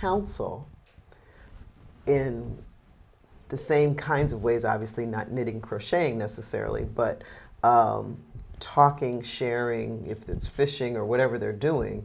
council in the same kinds of ways obviously not needing crocheting necessarily but talking sharing if that's fishing or whatever they're doing